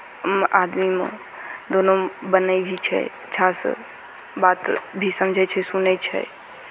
आदमीमे दुनूमे बनै भी छै अच्छासँ बात भी समझै छै सुनै छै